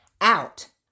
out